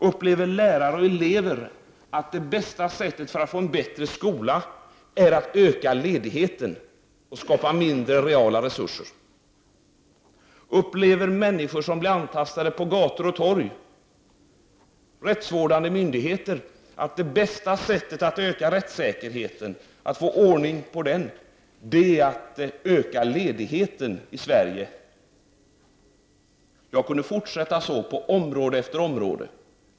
Upplever lärare och elever att det bästa sättet att få en bättre skola är att öka ledigheten och därigenom skapa mindre reala resurser? Upplever rättsvårdande myndigheter och människor som blir antastade på gator och torg att det bästa sättet att öka rättssäkerheten är att öka ledigheten i Sverige? Jag kunde fortsätta att räkna upp område efter område.